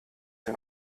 dem